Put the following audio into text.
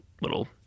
little